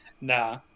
nah